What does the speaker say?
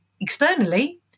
externally